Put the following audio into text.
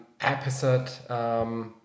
episode